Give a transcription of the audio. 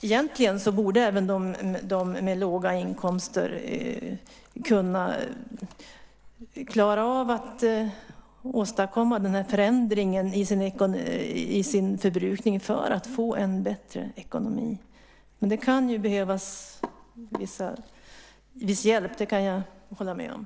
Egentligen borde även de med låga inkomster klara att åstadkomma förändringen i sin förbrukning för att få en bättre ekonomi. Men jag kan hålla med om att det kan behövas viss hjälp.